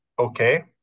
Okay